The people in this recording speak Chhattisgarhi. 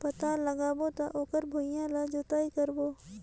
पातल लगाबो त ओकर भुईं ला जोतई करबो?